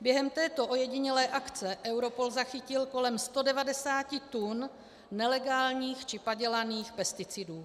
Během této ojedinělé akce Europol zachytil kolem 190 tun nelegálních či padělaných pesticidů.